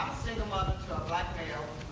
mothers black male